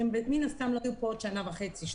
שהם מן הסתם יבקרו פה עוד שנה וחצי,